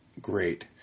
great